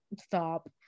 stop